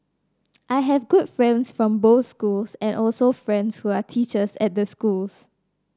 I have good friends from both schools and also friends who are teachers at the schools